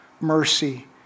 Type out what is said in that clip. mercy